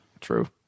True